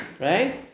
right